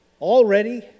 already